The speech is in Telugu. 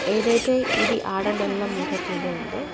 ఏదైతే ఇది ఆడ నల్ల ముర్రె గేదె ఉందో